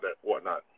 whatnot